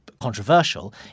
controversial